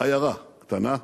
עיירה קטנה ואינטימית,